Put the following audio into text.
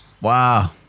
wow